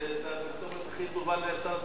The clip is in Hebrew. זה הפרסומת הכי טובה לשר התחבורה.